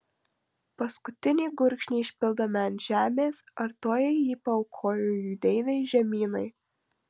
paskutinį gurkšnį išpildami ant žemės artojai jį paaukojo jų deivei žemynai